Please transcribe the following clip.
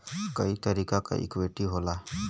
कई तरीके क इक्वीटी होला